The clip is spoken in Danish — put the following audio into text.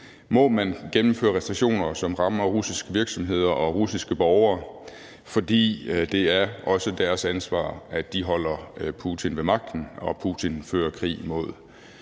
må man gennemføre restriktioner, som rammer russiske virksomheder og russiske borgere. Det er også deres ansvar, at de holder Putin ved magten, og at Putin og Rusland fører krig mod